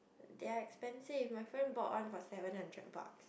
they are expensive my friend bought one for seven hundred bucks